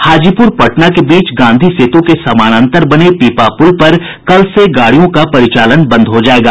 हाजीपुर पटना के बीच गांधी सेतु के समानांतर बने पीपा पुल पर कल से गाड़ियों का परिचालन बंद हो जायेगा